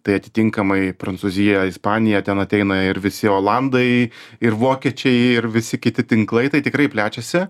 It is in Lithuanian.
tai atitinkamai prancūzija ispanija ten ateina ir visi olandai ir vokiečiai ir visi kiti tinklai tai tikrai plečiasi